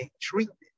treatment